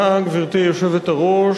גברתי היושבת-ראש,